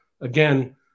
Again